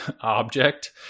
object